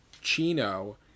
Chino